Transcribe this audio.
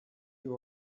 you